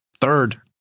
Third